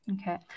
Okay